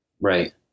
Right